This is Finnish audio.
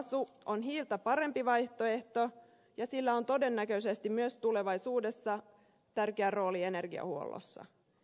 maakaasu on hiiltä parempi vaihtoehto ja sillä on todennäköisesti myös tulevaisuudessa tärkeä rooli energiahuollossa